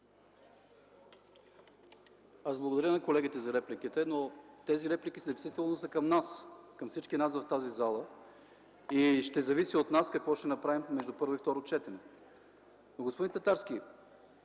Аз благодаря на колегите за репликите, но тези реплики са към всички в тази зала. Ще зависи от нас какво ще направим между първо и второ четене. Господин Татарски,